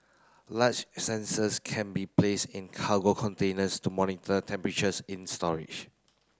large sensors can be place in cargo containers to monitor temperatures in storage